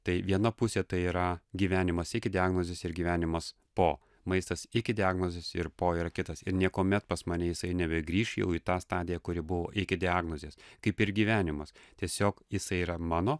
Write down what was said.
tai viena pusė tai yra gyvenimas iki diagnozės ir gyvenimas po maistas iki diagnozės ir po yra kitas ir niekuomet pas mane jisai nebegrįš jau į tą stadiją kuri buvo iki diagnozės kaip ir gyvenimas tiesiog jisai yra mano